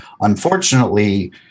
Unfortunately